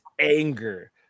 anger